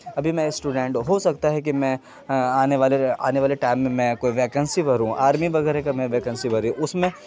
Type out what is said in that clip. ابھی میں اسٹوڈینٹ ہوں ہو سکتا ہے کہ میں آنے والے آنے والے ٹائم میں میں کوئی ویکنسی بھروں آرمی وغیرہ کا میں ویکنسی بھری اس میں